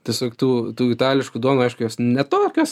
tiesiog tų tų itališkų duonų aiškios jos ne tokios